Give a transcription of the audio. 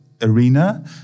Arena